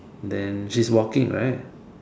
then she's walking right